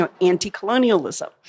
anti-colonialism